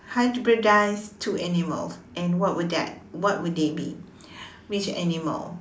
hybridize two animals and what would that what would they be which animal